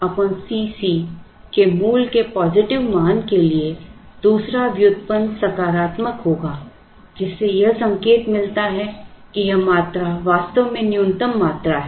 तो 2DCo Cc के मूल के पॉजिटिव मान के लिए दूसरा व्युत्पन्न सकारात्मक होगा जिससे यह संकेत मिलता है कि यह मात्रा वास्तव में न्यूनतम मात्रा है